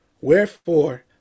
wherefore